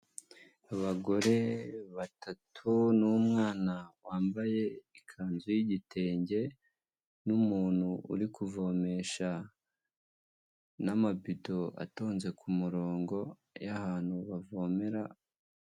Abagore batatu n'umwana wambaye ikanzu y'igitenge n'umuntu uri kuvomesha n'amabido atonze ku murongo y'ahantu bavomera.